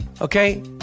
Okay